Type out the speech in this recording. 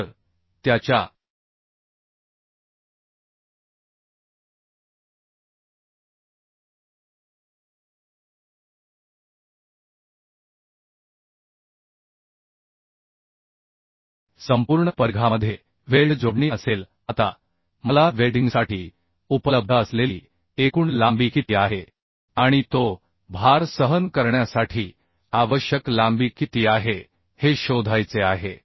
तर त्याच्या संपूर्ण परिघामध्ये वेल्ड जोडणी असेल आता मला वेल्डिंगसाठी उपलब्ध असलेली एकूण लांबी किती आहे आणि तो भार सहन करण्यासाठी आवश्यक लांबी किती आहे हे शोधायचे आहे